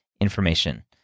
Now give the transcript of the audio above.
information